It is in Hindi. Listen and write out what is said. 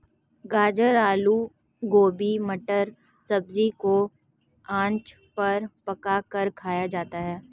गाजर आलू गोभी मटर सब्जी को आँच पर पकाकर खाया जाता है